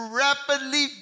rapidly